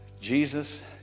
Jesus